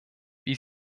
wie